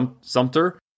sumter